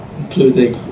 including